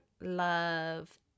love